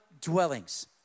dwellings